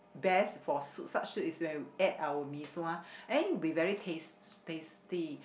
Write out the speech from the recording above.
best for soup such soup is when we add our mee-sua I think it will be very tast~ tasty